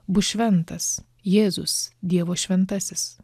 bus šventas jėzus dievo šventasis